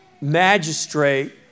magistrate